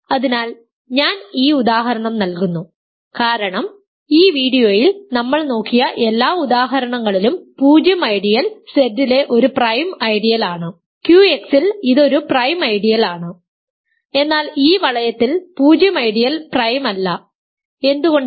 അതിനാൽ ഞാൻ ഈ ഉദാഹരണം നൽകുന്നു കാരണം ഈ വീഡിയോയിൽ നമ്മൾ നോക്കിയ എല്ലാ ഉദാഹരണങ്ങളിലും 0 ഐഡിയൽ Z ലെ ഒരു പ്രൈം ഐഡിയൽ ആണ് QX ൽ ഇത് ഒരു പ്രൈം ഐഡിയൽ ആണ് എന്നാൽ ഈ വളയത്തിൽ 0 ഐഡിയൽ പ്രൈം അല്ല എന്തുകൊണ്ട്